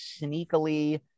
sneakily